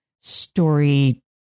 story